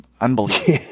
unbelievable